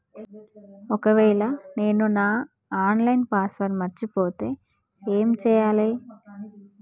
ఒకవేళ నేను నా ఆన్ లైన్ పాస్వర్డ్ మర్చిపోతే ఏం చేయాలే?